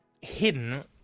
hidden